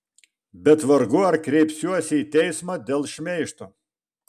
bet vargu ar kreipsiuosi į teismą dėl šmeižto